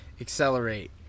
accelerate